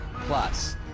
Plus